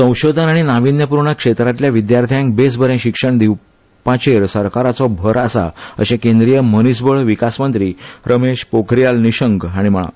संशोधन आनी नाविन्यपूर्ण क्षेत्रांतल्या विद्यार्थ्यांक बेस बरें शिक्षण दिवपाचेर सरकाराचो भर आसा अशें केंद्रीय मनीसबळ विकासमंत्री रमेश पोखरीयाल निशंक हांणी म्हळां